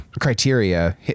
criteria